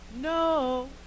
No